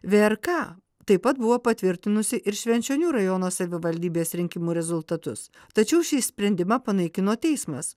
vrk taip pat buvo patvirtinusi ir švenčionių rajono savivaldybės rinkimų rezultatus tačiau šį sprendimą panaikino teismas